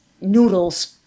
noodles